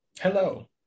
hello